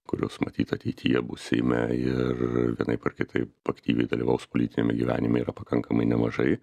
kurios matyt ateityje bus seime ir vienaip ar kitaip aktyviai dalyvaus politiniame gyvenime yra pakankamai nemažai